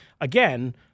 again